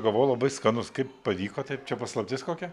gavau labai skanus kaip pavyko taip čia paslaptis kokia